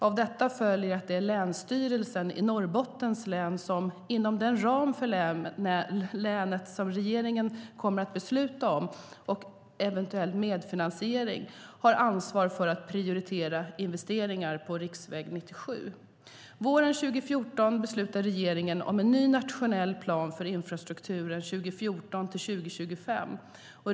Av detta följer att det är Länsstyrelsen i Norrbottens län som, inom den ram för länet som regeringen kommer att besluta om och eventuell medfinansiering, har ansvar för att prioritera investeringar på riksväg 97. Våren 2014 beslutar regeringen om en ny nationell plan för infrastrukturen 2014-2025.